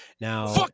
Now